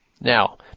Now